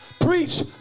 preach